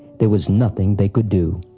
there was nothing they could do.